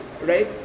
right